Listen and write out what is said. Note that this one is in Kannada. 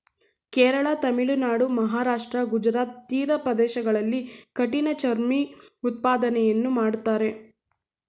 ಕೇರಳ, ತಮಿಳುನಾಡು, ಮಹಾರಾಷ್ಟ್ರ, ಗುಜರಾತ್ ತೀರ ಪ್ರದೇಶಗಳಲ್ಲಿ ಕಠಿಣ ಚರ್ಮಿ ಉತ್ಪಾದನೆಯನ್ನು ಮಾಡ್ತರೆ